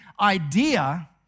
idea